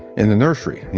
in the nursery.